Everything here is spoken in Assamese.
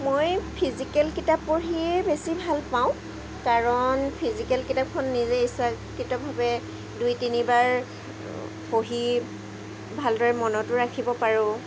মই ফিজিকেল কিতাপ পঢ়িয়েই বেছি ভাল পাওঁ কাৰণ ফিজিকেল কিতাপখন নিজে ইচ্ছাকৃতভাৱে দুই তিনিবাৰ পঢ়ি ভালদৰে মনতো ৰাখিব পাৰোঁ